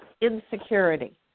insecurity